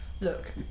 Look